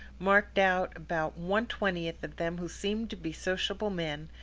marked out about one-twentieth of them who seemed to be sociable men,